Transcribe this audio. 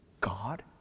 God